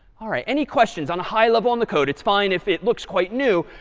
all right, any questions on a high level on the code? it's fine if it looks quite new.